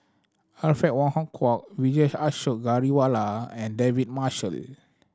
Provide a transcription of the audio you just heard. Alfred Wong Hong Kwok Vijesh Ashok Ghariwala and David Marshall